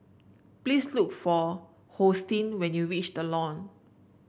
please look for Hosteen when you reach The Lawn